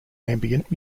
ambient